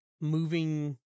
moving